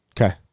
okay